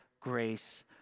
grace